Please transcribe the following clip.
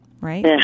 right